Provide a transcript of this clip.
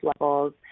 levels